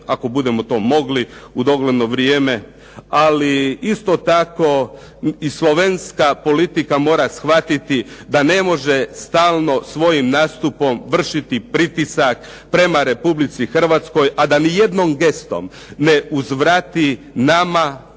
ako budemo to mogli u dogledno vrijeme, ali isto tako i slovenska politika mora shvatiti da ne može stalno svojim nastupom vršiti pritisak prema RH, a da ni jednom gestom ne uzvrati nama onim